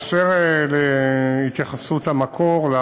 באשר להתייחסות למקור,